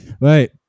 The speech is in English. Right